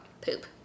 poop